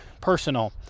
personal